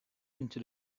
into